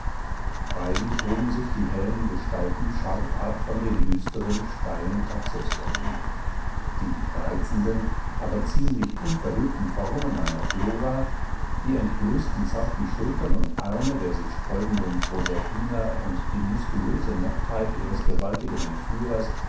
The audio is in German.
freilich hoben sich die hellen gestalten scharf ab von den düsteren steifen taxuswänden die reizenden aber ziemlich unverhüllten formen einer flora die entblößten zarten schultern und arme der sich sträubenden proserpina und die muskulöse nacktheit ihres gewaltigen entführers